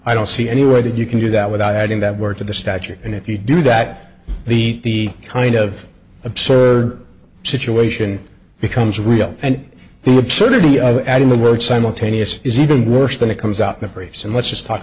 i don't see any way that you can do that without adding that word to the statute and if you do that the kind of absurd situation becomes real and the absurdity of adding the word simultaneous is even worse than it comes out the briefs and let's just talk